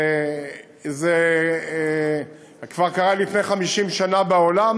זה כבר קרה לפני 50 שנה בעולם,